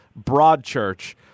Broadchurch